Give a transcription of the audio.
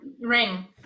ring